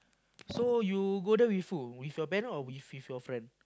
so you go there before with your parents or with with your friend